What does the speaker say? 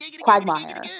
quagmire